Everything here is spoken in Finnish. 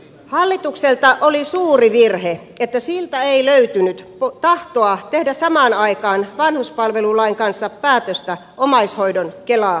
hallitukselta oli suuri virhe että siltä ei löytynyt tahtoa tehdä samaan aikaan vanhuspalvelulain kanssa päätöstä omaishoidon kela siirrosta